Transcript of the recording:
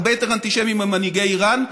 הרבה יותר אנטישמי ממנהיגי איראן,